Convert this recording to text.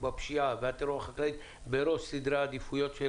בפשיעה והטרור החקלאי בראש סדר העדיפויות של